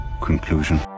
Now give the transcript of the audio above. Conclusion